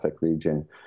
region